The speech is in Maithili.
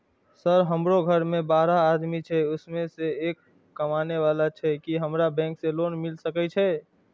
सर हमरो घर में बारह आदमी छे उसमें एक कमाने वाला छे की हमरा बैंक से लोन मिल सके छे?